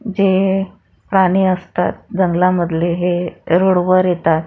जे प्राणी असतात जंगलामधले हे रोडवर येतात